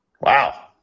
Wow